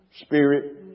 Spirit